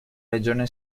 regione